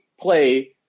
play